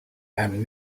and